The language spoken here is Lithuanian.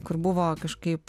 kur buvo kažkaip